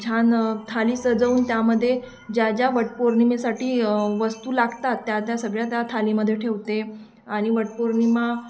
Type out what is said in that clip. छान थाली सजवून त्यामध्ये ज्या ज्या वटपौर्णिमेसाठी वस्तू लागतात त्या त्या सगळ्या त्या थालीमध्ये ठेवते आणि वटपौर्णिमा